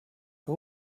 who